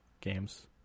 games